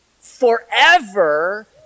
forever